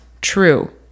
true